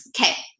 Okay